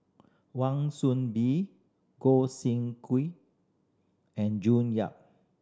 Wan Soon Bee Gog Sing and June Yap